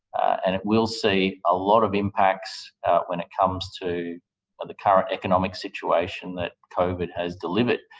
and it will see a lot of impacts when it comes to the current economic situation that covid has delivered.